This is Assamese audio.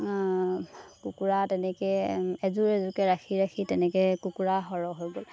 কুকুৰা তেনেকৈ এযোৰ এযোৰকৈ ৰাখি ৰাখি তেনেকৈ কুকুৰা সৰহ হৈ গ'ল